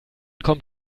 kommt